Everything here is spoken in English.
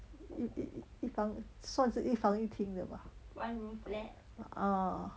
一一一房算是一房一厅的吧 ah